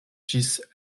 ĝis